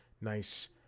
nice